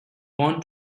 born